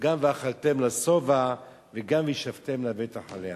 גם "ואכלתם לשבע" וגם "וישבתם לבטח עליה".